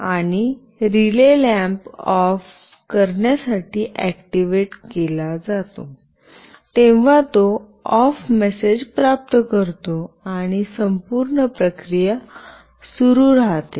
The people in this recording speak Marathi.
आणि रिले लॅम्प ऑफ करण्यासाठी ऍक्टिव्हेट केला जातो जेव्हा तो ऑफ मेसेज प्राप्त करतो आणि संपूर्ण प्रक्रिया सुरू राहते